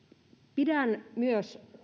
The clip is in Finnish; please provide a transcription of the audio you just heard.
pidän huolestuttavana myös